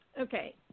Okay